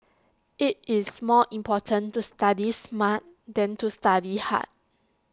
IT is more important to study smart than to study hard